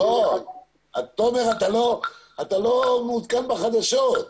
תומר, אתה לא מעודכן בחדשות.